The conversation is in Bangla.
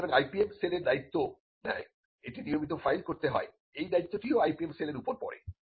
সুতরাং IPM সেল এর দায়িত্ব নেয় এটি নিয়মিত ফাইল করতে হয় এই দায়িত্বও IPM সেলের উপর পড়ে